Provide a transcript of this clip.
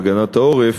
להגנת העורף,